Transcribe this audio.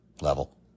level